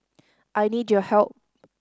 I need your help